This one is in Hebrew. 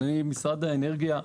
אבל אני ממשרד האנרגיה.